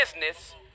business